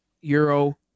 Euro